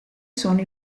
sono